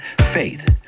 faith